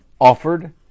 offered